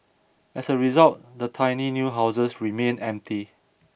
as a result the tiny new houses remained empty